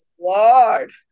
lord